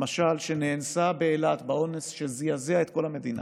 למשל, שנאנסה באילת באונס שזעזע את כל המדינה,